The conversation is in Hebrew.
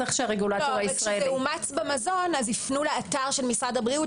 כשזה אומץ במזון הפנו לאתר של משרד הבריאות